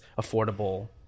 affordable